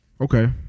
Okay